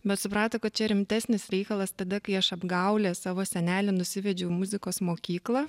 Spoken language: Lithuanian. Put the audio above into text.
bet suprato kad čia rimtesnis reikalas tada kai aš apgaule savo senelį nusivedžiau į muzikos mokyklą